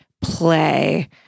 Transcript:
play